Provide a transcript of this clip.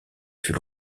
fut